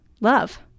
love